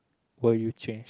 will you change